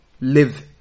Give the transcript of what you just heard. live